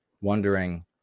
Wondering